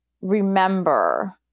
remember